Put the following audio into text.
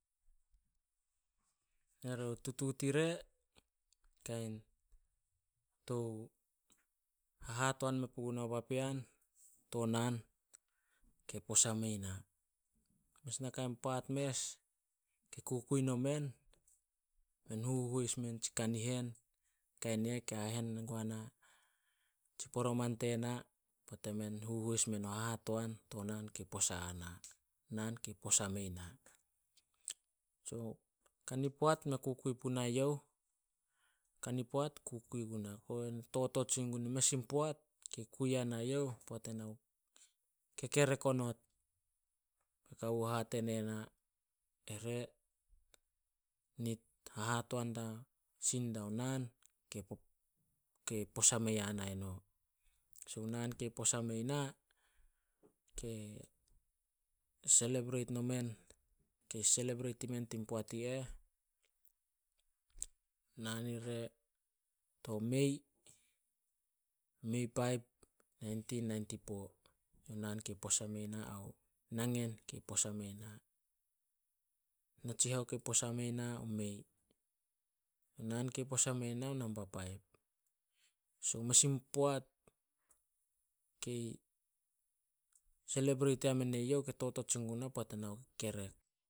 Tutuut ire kain tou hahatoan me pugunao papean to naan kei posa mei na. Mes nakai paat mes ke kukui nomen, men huhuos men tsi kanihen kain i eh ke hahen men guana tsi poroman tena poat emen huhuos men o hahatoan to naan kei posa a na, naan kei posa mei na. So kani poat mei kukui punai youh, kani poat kukui guna. Totot sin guin mes in poat kei kui yanai youh, tin poat na ku kekerek onot. Kawo hate ne na, "Ere nit hahatoan sin dao naan kei kei posa me yanai no. So naan kei posa mei na kei selebreit i men tin poat i eh, naan ire to may- may paip naintin nainti po, yo naan kei posa mei na ao nangen kei posa mei na. Natsihao kei posa mei na o may, naan kei posa mei na namba paip. So mes in poat kei selebreit yamen eyouh ke totot sin guna poat ena ku kekerk.